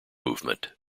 movement